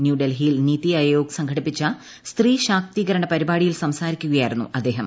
ന്യൂഡൽഹിയിൽ നിതി അയോഗ് സംഘടിപ്പിച്ച സ്ത്രീ ശാക്തീകരണ പരിപാടിയിൽ സംസാരിക്കുകയായിരുന്നു അദ്ദേഹം